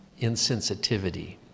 Insensitivity